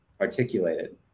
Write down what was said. articulated